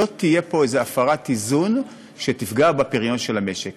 לא תהיה פה איזו הפרת איזון שתפגע בפריון של המשק.